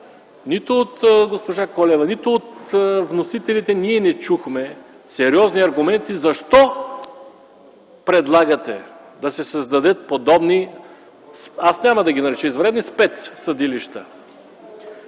нито от госпожа Колева, нито от вносителите чухме сериозни аргументи защо предлагате да се създадат подобни – няма да ги нарека извънредни, но спец съдилища?